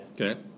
Okay